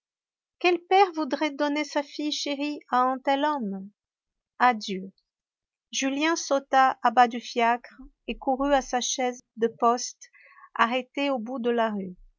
quel père voudrait donner sa fille chérie à un tel homme adieu julien sauta à bas du fiacre et courut à sa chaise de poste arrêtée au bout de la rue